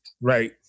Right